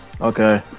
okay